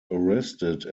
arrested